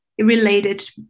related